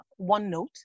OneNote